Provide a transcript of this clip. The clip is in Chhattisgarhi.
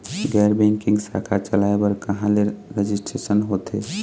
गैर बैंकिंग शाखा चलाए बर कहां ले रजिस्ट्रेशन होथे?